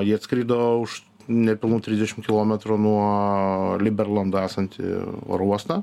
jie atskrido už nepilnų trisdešim kilometrų nuo liberlando esantį oro uostą